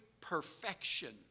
perfection